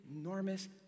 enormous